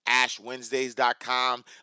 AshWednesdays.com